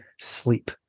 sleep